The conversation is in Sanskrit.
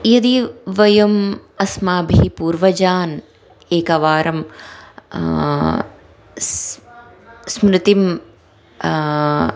यदि वयम् अस्माभिः पूर्वजान् एकवारं स् स्मृतिं